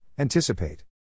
Anticipate